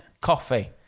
coffee